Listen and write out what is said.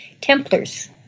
Templars